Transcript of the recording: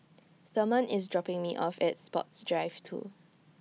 Therman IS dropping Me off At Sports Drive two